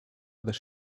other